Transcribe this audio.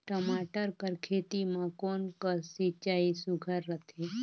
टमाटर कर खेती म कोन कस सिंचाई सुघ्घर रथे?